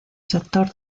sector